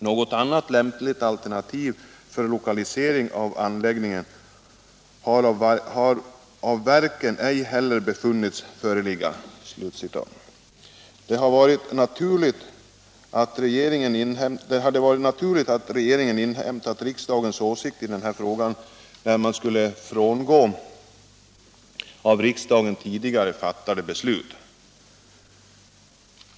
Något annat lämpligt alternativ för lokalisering av anläggningarna har av verken ej heller befunnits föreligga.” Det hade varit naturligt att regeringen inhämtat riksdagens åsikt i den här frågan när man skulle frångå av riksdagen tidigare fattade beslut.